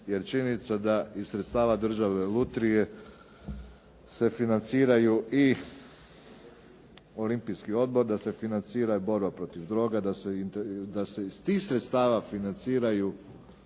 jer činjenica da iz sredstava Državne lutrije se financiraju i olimpijski odbor, da se financira i borba protiv droga, da se iz tih sredstava financiraju